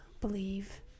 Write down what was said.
believe